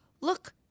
look